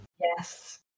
Yes